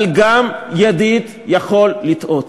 אבל גם ידיד יכול לטעות,